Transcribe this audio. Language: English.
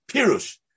Pirush